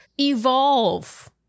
evolve